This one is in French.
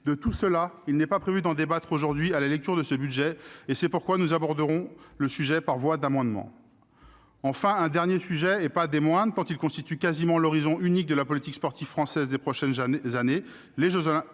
De tout cela, il n'est pas prévu de débattre aujourd'hui, à la lecture de ce budget, et c'est pourquoi nous aborderons ce sujet par voie d'amendement. J'évoquerai un dernier point, et pas des moindres tant il constitue presque l'horizon unique de la politique sportive française des prochaines armées : les jeux